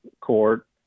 court